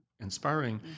inspiring